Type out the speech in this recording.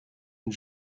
and